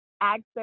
access